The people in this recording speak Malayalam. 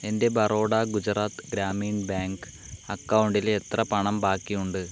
എൻ്റെ ബറോഡ ഗുജറാത്ത് ഗ്രാമീൺ ബാങ്ക് അക്കൌണ്ടിൽ എത്ര പണം ബാക്കിയുണ്ട്